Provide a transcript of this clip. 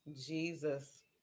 jesus